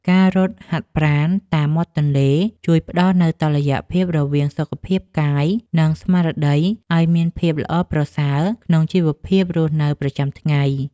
ការរត់ហាត់ប្រាណតាមមាត់ទន្លេជួយផ្ដល់នូវតុល្យភាពរវាងសុខភាពកាយ និង ស្មារតីឱ្យមានភាពល្អប្រសើរក្នុងជីវភាពរស់នៅប្រចាំថ្ងៃ។